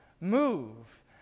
move